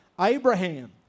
Abraham